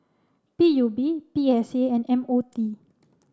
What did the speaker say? B U B B S A and M O D